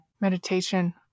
Meditation